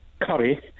curry